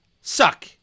suck